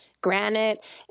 Granite